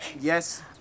Yes